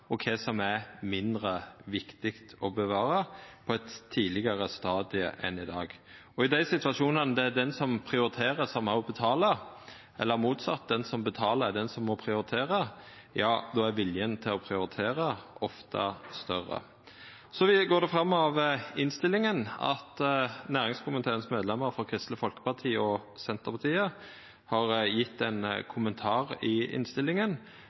og kva det er mindre viktig å bevara, på eit tidlegare stadium enn i dag. Og i dei situasjonane der det er den som prioriterer, som òg betaler, eller motsett – at den som betaler, er den som må prioritera – då er viljen til å prioritera ofte større. Så går det fram av innstillinga at næringskomiteens medlem frå Kristeleg Folkeparti og Senterpartiet har gjeve ein kommentar i innstillinga